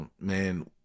man